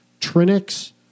Trinix